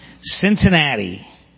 Cincinnati